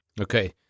Okay